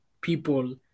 people